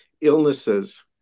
illnesses